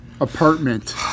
apartment